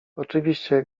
oczywiście